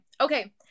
okay